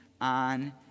on